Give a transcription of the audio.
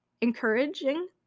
encouraging